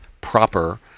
proper